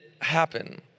happen